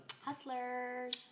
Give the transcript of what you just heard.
Hustlers